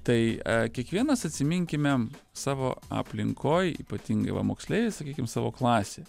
tai kiekvienas atsiminkime savo aplinkoj ypatingai va moksleiviai sakykim savo klasėj